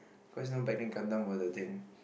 cause last time back then Gundam was a thing